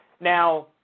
Now